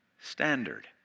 standard